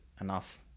enough